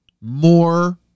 more